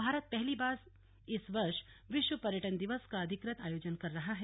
भारत पहली बार इस वर्ष विश्व पर्यटन दिवस का अधिकृत आयोजन कर रहा है